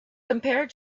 compared